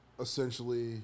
essentially